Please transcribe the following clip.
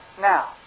Now